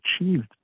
achieved